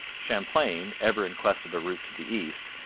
champlain, ever in quest of a route to the east,